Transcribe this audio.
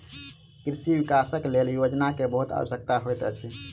कृषि विकासक लेल योजना के बहुत आवश्यकता होइत अछि